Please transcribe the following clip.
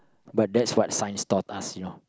but that's what science taught us you know